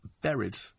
buried